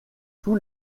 tous